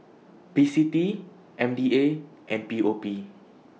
P C T M D A and P O P